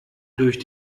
durch